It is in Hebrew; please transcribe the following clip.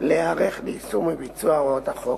להיערך ליישום ולביצוע הוראות החוק.